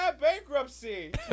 bankruptcy